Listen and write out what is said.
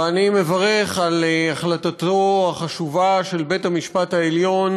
ואני מברך על החלטתו החשובה של בית-המשפט העליון